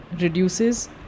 reduces